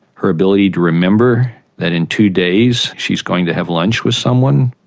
her ability to remember that in two days she is going to have lunch with someone?